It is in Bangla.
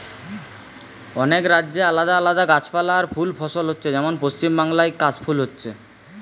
অনেক রাজ্যে আলাদা আলাদা গাছপালা আর ফুল ফসল হচ্ছে যেমন পশ্চিমবাংলায় কাশ ফুল হচ্ছে